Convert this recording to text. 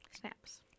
Snaps